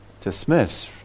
dismiss